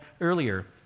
earlier